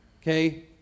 Okay